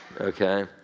okay